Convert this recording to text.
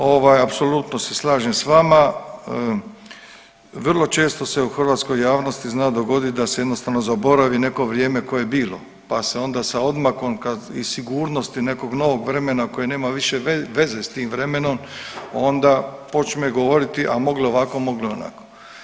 Ovaj apsolutno se slažem s vama, vrlo često se u hrvatskoj javnosti zna dogodit da se jednostavno zaboravi neko vrijeme koje je bilo, pa se onda sa odmakom i sigurnosti nekog novog vremena koje nema više veze s tim vremenom onda počne govoriti a moglo je ovako, moglo je onako.